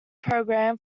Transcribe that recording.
program